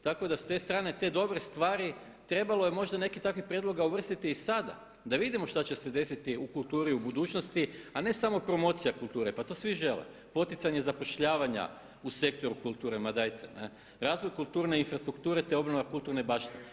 Tako da s te strane te dobre stvari, trebalo je možda nekih takvih prijedloga uvrstiti i sada da vidimo šta će se desiti u kulturi u budućnosti a ne samo promocija kulture, pa to svi žele, poticanje zapošljavanja u sektoru kulture, ma dajte, razvoj kulturne infrastrukture te obnova kulturne baštine.